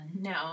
No